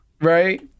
Right